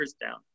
down